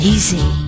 easy